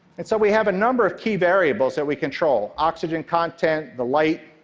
and so we have a number of key variables that we control oxygen content, the light,